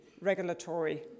regulatory